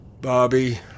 Bobby